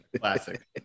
Classic